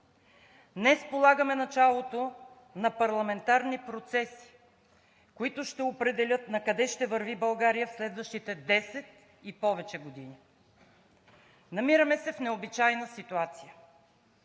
Днес полагаме началото на парламентарни процеси, които ще определят накъде ще върви България в следващите десет и повече години. Намираме се в необичайна ситуация.